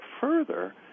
further